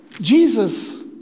Jesus